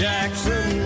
Jackson